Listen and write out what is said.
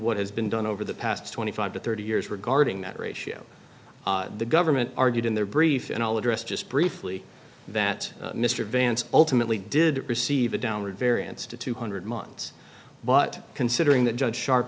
what has been done over the past twenty five to thirty years regarding that ratio the government argued in their brief and i'll address just briefly that mr vance ultimately did receive a downward variance to two hundred months but considering that judge sharp